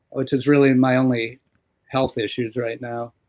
which is really my only health issues right now